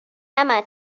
emma